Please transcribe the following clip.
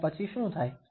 અને પછી શું થાય